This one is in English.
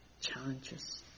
challenges